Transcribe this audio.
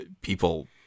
people